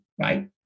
right